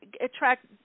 attract